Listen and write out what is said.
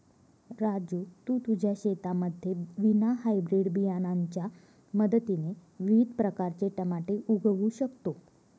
राजू तू तुझ्या शेतामध्ये विना हायब्रीड बियाणांच्या मदतीने विविध प्रकारचे टमाटे उगवू शकतो